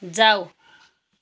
जाऊ